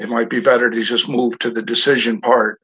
it might be better to just move to the decision part